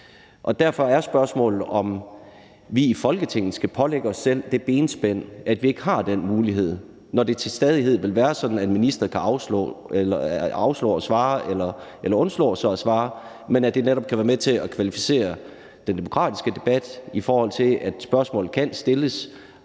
Derfor er spørgsmålet, om vi i Folketinget skal pålægge os selv det benspænd, at vi ikke har den mulighed, når det til stadighed vil være sådan, at en minister kan afslå at svare eller undslå sig for at svare, men at det netop kan være med til at kvalificere den demokratiske debat, i forhold til at spørgsmålet kan stilles,